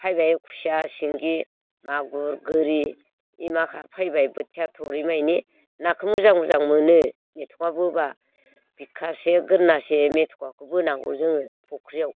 हायबाइ खुसिया सिंगि मागुर गोरि इ माखा फैबाय बोथिया थरिमानि नाखौ मोजां मोजां मोनो मेथ'खा बोबा बिखासे गोदनासे मेथ'खाखौ बोनांगौ जोङो फख्रियाव